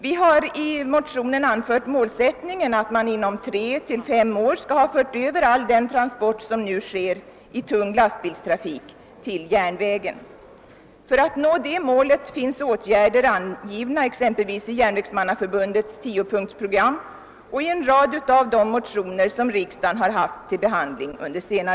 Vi har i motionen satt upp som ett mål att man inom tre till fem år skall ha fört över alla de transporter, som den tunga lastbilstrafiken nu utför, till järnväg. För att uppnå detta mål har angivits vissa åtgärder, exempelvis de som tas upp i Järnvägsmannaförbundets tiopunktsprogram och sådana som föreslås i en rad motioner vilka riksdagen under senare år haft att behandla. Herr talman!